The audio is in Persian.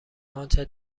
آنچه